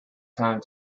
time